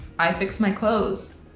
i fix my clothes.